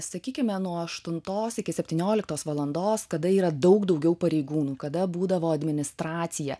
sakykime nuo aštuntos iki septynioliktos valandos kada yra daug daugiau pareigūnų kada būdavo administracija